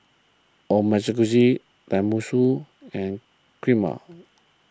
Tenmusu and Kheema